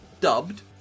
dubbed